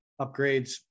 upgrades